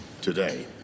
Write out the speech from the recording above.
today